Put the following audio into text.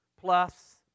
plus